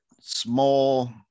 small